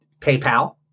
PayPal